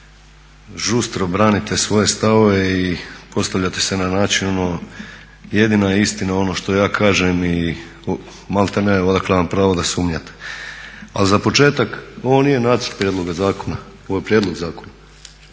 žustro branite svoje stavove i postavljate se na način ono jedina je istina ono što ja kažem i maltene odakle vam pravo da sumnjate. A za početak, ovo nije nacrt prijedloga zakona, ovo je prijedlog zakona.